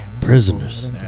Prisoners